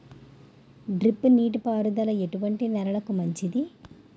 Drip నీటి పారుదల ఎటువంటి నెలలకు మంచిది?